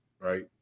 right